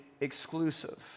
exclusive